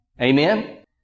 Amen